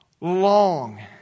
long